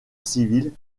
civil